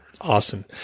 awesome